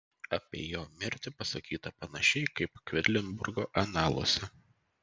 apie jo mirtį pasakyta panašiai kaip kvedlinburgo analuose